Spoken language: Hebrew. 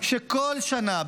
שכל שנה,